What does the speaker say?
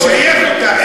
לא, הוא שייך אותה.